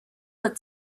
but